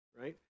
right